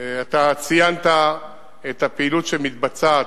אתה ציינת את הפעילות שמתבצעת,